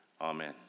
Amen